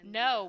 no